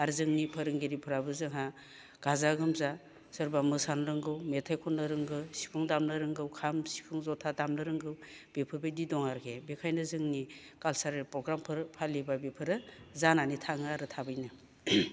आरो जोंनि फोरोंगिरिफ्राबो जोंहा गाजा गोमजा सोरबा मोसानो रोंगौ मेथाइ खननो रोंगौ सिफुं दामनो रोंगौ खाम सिफुं जथा दामनो रोंगौ बेफोरबायदि दं आरोखि बेनिखायनो जोंनि काल्चारेल पग्रामफोर फालिबा बेफोरो जानानै थाङो आरो थाबैनो